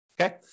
okay